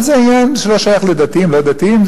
אבל זה עניין שלא שייך לדתיים או לא דתיים.